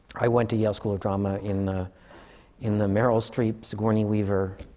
i went to yale school of drama in the in the meryl streep, sigourney weaver,